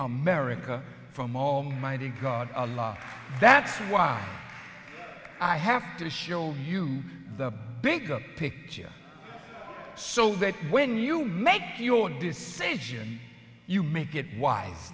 america from all mighty god a law that's why i have to show you the bigger picture so that when you make your decision you make it wise